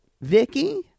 Vicky